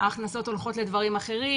ההכנסות הולכות לדברים אחרים,